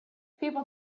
people